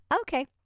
Okay